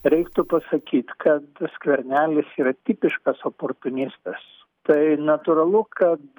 reiktų pasakyt kad skvernelis yra tipiškas oportunistas tai natūralu kad